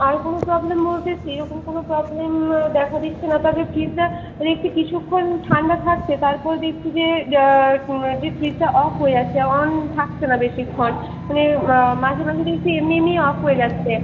আর কোনো প্রবলেম বলতে সেরকম কোনো প্রবলেম দেখা দিচ্ছে না তবে ফিজটা মানে একটু কিছুক্ষণ ঠান্ডা থাকছে তারপরে দেখছি যে যে ফিজটা অফ হয়ে যাচ্ছে অন থাকছে না বেশিক্ষণ মানে মাঝেমাঝে দেখছি এমনি এমনিই অফ হয়ে যাচ্ছে